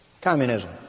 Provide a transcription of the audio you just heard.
Communism